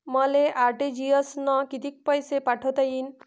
मले आर.टी.जी.एस न कितीक पैसे पाठवता येईन?